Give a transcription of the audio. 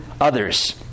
others